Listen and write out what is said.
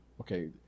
okay